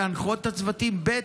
להנחות את הצוותים, ב.